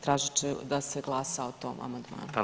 Tražit ću da se glasa o tom amandmanu.